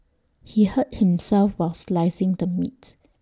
he hurt himself while slicing the meat